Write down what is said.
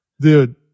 Dude